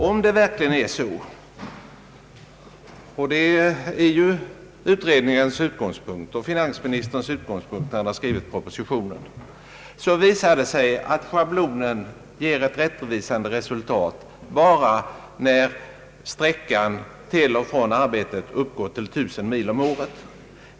Om det verkligen är så och det har varit utredningens utgångspunkt likaväl som finansministerns när han skrev propositionen — ger schablonen ett rättvisande resultat bara när sträckan till och från arbetet uppgår till 1000 mil om året.